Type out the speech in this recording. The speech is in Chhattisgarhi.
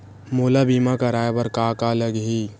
मोला बीमा कराये बर का का लगही?